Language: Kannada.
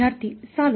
ವಿದ್ಯಾರ್ಥಿ ಸಾಲು